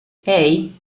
hey